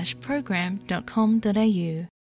program.com.au